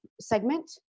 segment